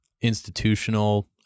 institutional